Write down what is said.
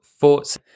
thoughts